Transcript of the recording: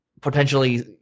potentially